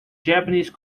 japanese